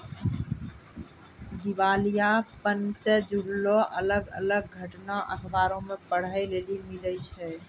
दिबालियापन से जुड़लो अलग अलग घटना अखबारो मे पढ़ै लेली मिलै छै